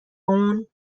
اون